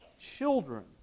children